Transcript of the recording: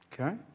Okay